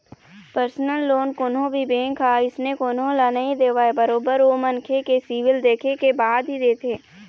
personal loan कोनो भी bank ह अइसने कोनो ल नइ देवय बरोबर ओ मनखे के सिविल देखे के बाद ही देथे